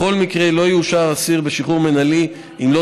בכל מקרה לא ישוחרר אסיר בשחרור מינהלי אם לא